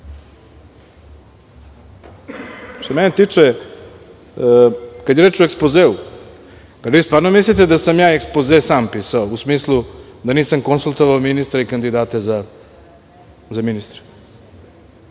se mene tiče, kada je reč o ekspozeu, zar stvarno mislite da sam ekspoze sam pisao, u smislu da nisam konsultovao ministre i kandidate za ministre,